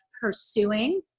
pursuing